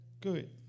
good